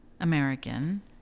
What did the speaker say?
American